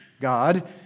God